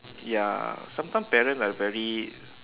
ya sometimes parent are very